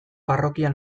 parrokia